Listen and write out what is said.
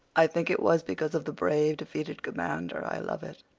i think it was because of the brave, defeated commander i love it.